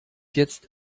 jetzt